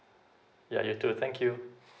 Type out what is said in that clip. yeah you too thank you